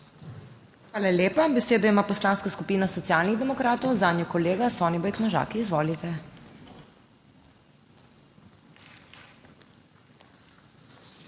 Hvala lepa. Besedo ima Poslanska skupina Socialnih demokratov, zanjo kolega Soniboj Knežak. Izvolite.